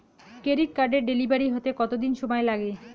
Credit কার্ডের delivery হতে কতদিন সময় লাগে?